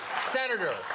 Senator